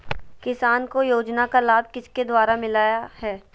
किसान को योजना का लाभ किसके द्वारा मिलाया है?